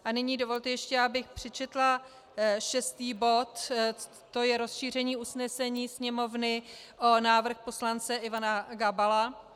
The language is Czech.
A nyní dovolte ještě, abych přečetla šestý bod, to je rozšíření usnesení Sněmovny o návrh poslance Ivana Gabala.